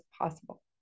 possible